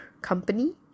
company